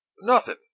Nothing